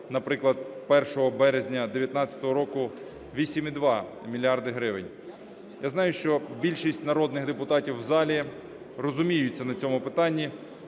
наприклад, 1 березня 19-го року 8,2 мільярда гривень. Я знаю, що більшість народних депутатів в залі розуміються на цьому питанні,